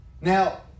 Now